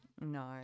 No